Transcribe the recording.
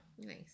Nice